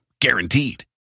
Guaranteed